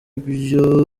byo